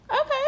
Okay